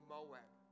Moab